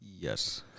yes